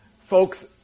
Folks